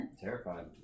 Terrified